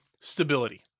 stability